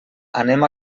anem